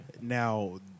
Now